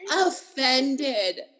offended